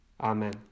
Amen